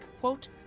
quote